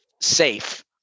safe